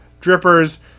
drippers